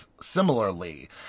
similarly